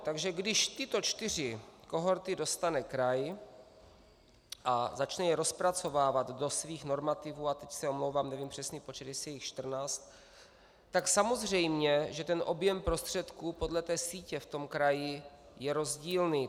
Takže když tyto čtyři kohorty dostane kraj a začne je rozpracovávat do svých normativů a teď se omlouvám, nevím přesný počet, jestli je jich 14 , tak samozřejmě že objem prostředků podle té sítě v kraji je rozdílný.